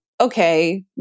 Okay